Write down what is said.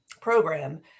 program